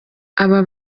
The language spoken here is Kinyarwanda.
aba